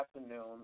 afternoon